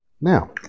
Now